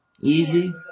Easy